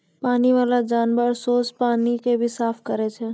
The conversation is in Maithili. पानी बाला जानवर सोस पानी के भी साफ करै छै